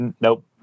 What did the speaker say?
Nope